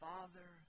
Father